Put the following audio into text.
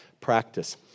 practice